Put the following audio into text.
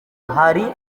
hari